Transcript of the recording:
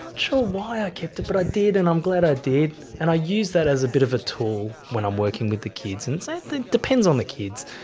um sure why i kept it but i did and i'm glad i did, and i use that as a bit of a tool when i'm working with the kids. and so it depends on the kids,